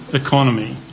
economy